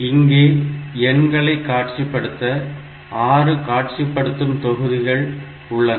இங்கே எண்களை காட்சிப்படுத்த 6 காட்சிப்படுத்தும் தொகுதிகள் உள்ளன